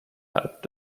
halb